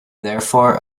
therefore